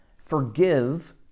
Forgive